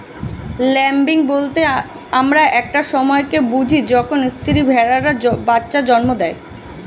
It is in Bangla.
ল্যাম্বিং বলতে আমরা একটা সময় কে বুঝি যখন স্ত্রী ভেড়ারা বাচ্চা জন্ম দেয়